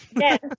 Yes